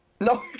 No